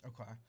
Okay